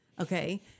Okay